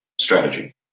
strategy